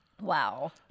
Wow